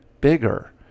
bigger